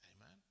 amen